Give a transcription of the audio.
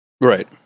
Right